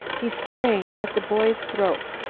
he sprang at the boy's throat.